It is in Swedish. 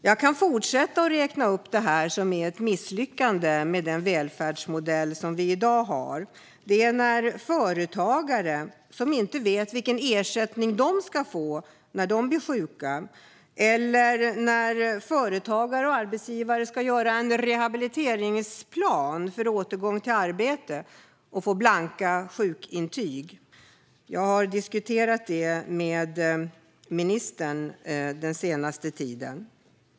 Jag kan fortsätta att räkna upp exempel på misslyckandet med den välfärdsmodell som vi i dag har: när företagare inte vet vilken ersättning de ska få när de blir sjuka eller när företagare och arbetsgivare som ska göra en rehabiliteringsplan för återgång till arbete får blanka sjukintyg. Jag har diskuterat det med ministern den senaste tiden.